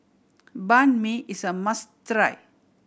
Banh Mi is a must try